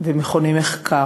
ומכוני המחקר.